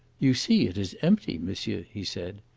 you see it is empty, monsieur, he said,